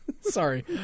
Sorry